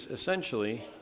essentially